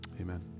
Amen